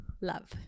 Love